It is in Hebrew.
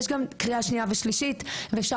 יש גם קריאה שנייה ושלישית ואפשר